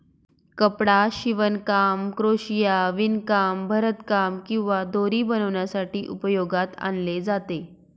कपडा शिवणकाम, क्रोशिया, विणकाम, भरतकाम किंवा दोरी बनवण्यासाठी उपयोगात आणले जाते